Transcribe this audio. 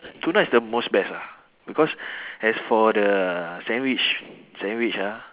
tuna is the most best ah because as for the sandwich sandwich ah